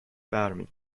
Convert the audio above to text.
برمی